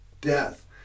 death